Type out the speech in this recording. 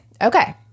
Okay